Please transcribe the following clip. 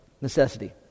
necessity